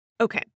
Okay